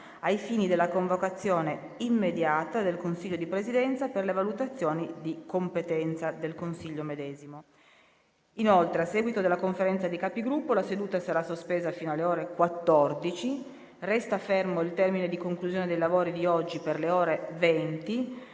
ai fini della convocazione immediata del Consiglio di Presidenza per le valutazioni di competenza del Consiglio medesimo. Inoltre, a seguito della Conferenza dei Capigruppo, la seduta sarà sospesa fino alle ore 14. Resta fermo il termine di conclusione dei lavori di oggi per le ore 20,